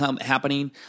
happening